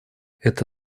это